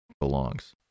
belongs